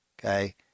Okay